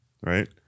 Right